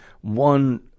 one